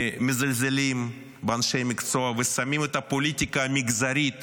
ומזלזלים באנשי המקצוע ושמים את הפוליטיקה המגזרית